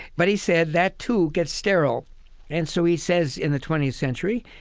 but he said, that, too, gets sterile and so he says, in the twentieth century,